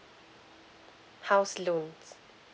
house loans